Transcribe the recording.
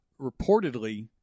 reportedly